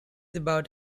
about